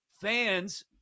fans